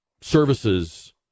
services